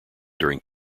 during